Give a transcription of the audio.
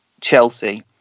Chelsea